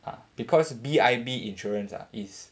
ah because B_I_B insurance ah is